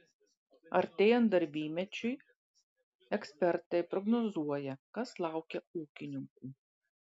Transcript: artėjant darbymečiui ekspertai prognozuoja kas laukia ūkininkų